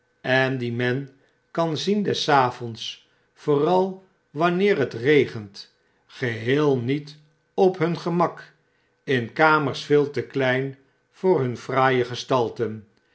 en die men kan zien des avonds vooral wanneer het regent geheel niet op hun gemak in kamers veel te klein voor hun fraaie gestalten